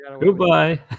Goodbye